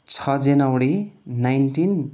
छ जनवरी नाइन्टिन